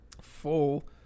full